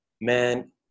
man